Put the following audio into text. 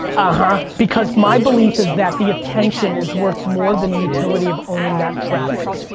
ah huh. because my belief is that the attention is worth more than utility of owning that traffic.